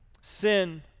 sin